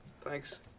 Thanks